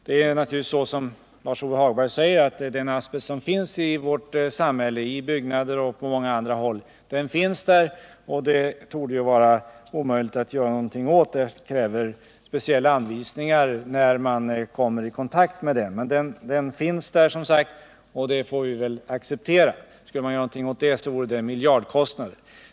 Det är naturligtvis som Lars-Ove Hagberg säger, att den asbest som finns i vårt samhälle, i byggnader och på många andra håll, borde det vara omöjligt att göra någonting åt. Det kräver speciella anvisningar för den som kommer i kontakt med den. Men den finns där, och det får vi väl acceptera. Skulle man göra någonting åt det vore det fråga om miljardkostnader.